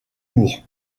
lourd